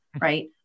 right